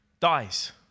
dies